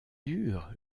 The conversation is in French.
dur